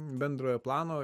bendrojo plano